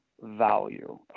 value